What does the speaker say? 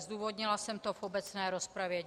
Zdůvodnila jsem to v obecné rozpravě.